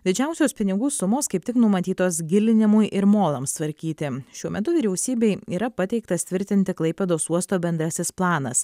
didžiausios pinigų sumos kaip tik numatytos gilinimui ir molams tvarkyti šiuo metu vyriausybei yra pateiktas tvirtinti klaipėdos uosto bendrasis planas